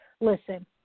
listen